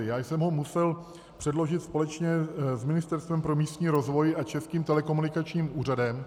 Já jsem ho musel předložit společně s Ministerstvem pro místní rozvoj a Českým telekomunikačním úřadem.